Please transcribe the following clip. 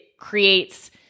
creates